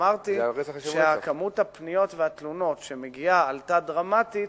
אמרתי שכמות הפניות והתלונות שמגיעה עלתה דרמטית